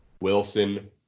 Wilson